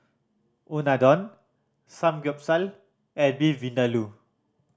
Unadon Samgyeopsal and Beef Vindaloo